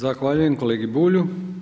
Zahvaljujem kolegi Bulju.